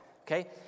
Okay